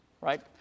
Right